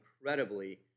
incredibly